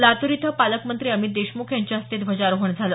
लातूर इथं पालकमंत्री अमित देशमुख यांच्या हस्ते ध्वजारोहण झालं